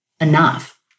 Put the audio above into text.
enough